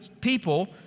people